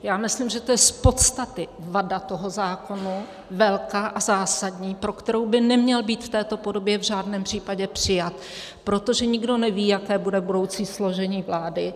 Já myslím, že to je z podstaty vada toho zákona, velká a zásadní, pro kterou by neměl být v této podobě v žádném případě přijat, protože nikdo neví, jaké bude budoucí složení vlády.